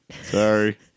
Sorry